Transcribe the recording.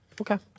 Okay